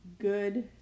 good